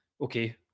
Okay